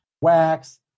Wax